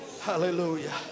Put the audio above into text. Hallelujah